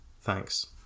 Thanks